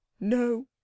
No